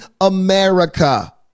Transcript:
America